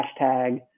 hashtag